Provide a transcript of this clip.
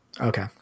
Okay